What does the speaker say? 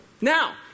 Now